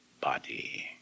body